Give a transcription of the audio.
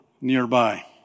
nearby